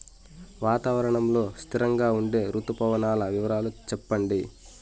వాతావరణం లో స్థిరంగా ఉండే రుతు పవనాల వివరాలు చెప్పండి?